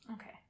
Okay